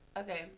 Okay